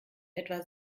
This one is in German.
etwa